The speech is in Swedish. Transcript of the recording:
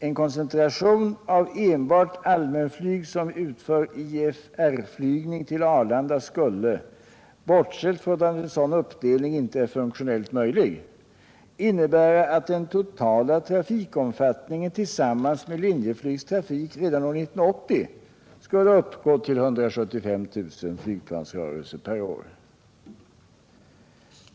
En koncentration av enbart allmänflyg som utför IFR-flygning till Arlanda skulle — bortsett från att en sådan uppdelning inte är funktionellt möjlig — innebära att den totala trafikomfattningen tillsammans med Linjeflygs trafik redan år 1980 skulle uppgå till ca 175 000 flygplansrörelser per år.